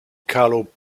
carlo